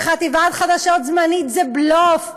וחטיבת חדשות זמנית זה בלוף.